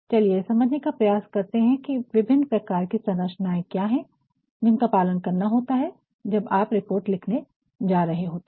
चलिए यह समझने का प्रयास करते हैं की विभिन्न प्रकार की संरचनाएं क्या है जिनका पालन करना होता है जब आप रिपोर्ट लिखने जा रहे होते हैं